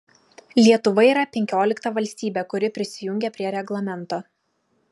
lietuva yra penkiolikta valstybė kuri prisijungia prie reglamento